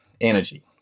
energy